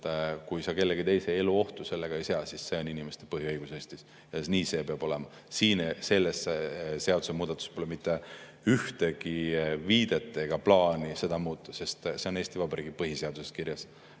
kui sa kellegi teise elu ohtu sellega ei sea, siis see on inimeste põhiõigus Eestis. Nii see peabki olema. Siin selles seadusemuudatuses pole mitte ühtegi viidet plaanile seda muuta. See on Eesti Vabariigi põhiseaduses kirjas